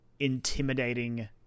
intimidating